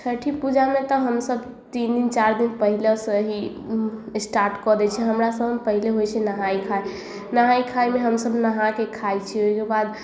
छठि पूजामे तऽ हमसब तीन दिन चारि दिन पहले से ही स्टार्ट कऽ दै छियै हमरा सबमे पहिले होइ छै नहाय खाय नहाय खायमे हमसब नहाके खाइ छियै ओहिके बाद